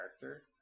character